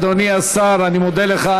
תודה, אדוני השר, אני מודה לך.